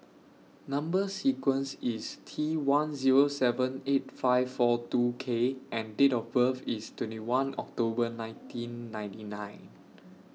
Number sequence IS T one Zero seven eight five four two K and Date of birth IS twenty one October nineteen ninety nine